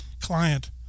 Client